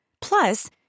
Plus